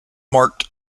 marked